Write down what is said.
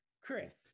Chris